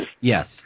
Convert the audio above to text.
Yes